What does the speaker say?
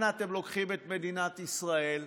אנה אתם לוקחים את מדינת ישראל?